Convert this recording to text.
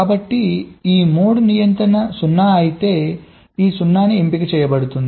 కాబట్టి ఈ మోడ్ నియంత్రణ 0 అయితే ఈ 0 ఎంపిక చేయబడుతుంది